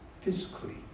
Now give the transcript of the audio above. physically